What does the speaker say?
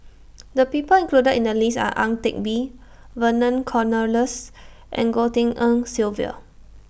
The People included in The list Are Ang Teck Bee Vernon Cornelius and Goh Tshin En Sylvia